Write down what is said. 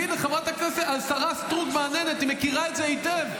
והינה, השרה סטרוק מהנהנת, היא מכירה את זה היטב,